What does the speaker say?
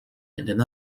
and